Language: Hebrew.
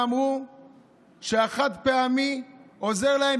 והם אמרו שהחד-פעמי עוזר להם,